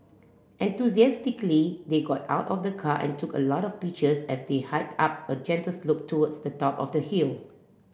enthusiastically they got out of the car and took a lot of pictures as they hiked up a gentle slope towards the top of the hill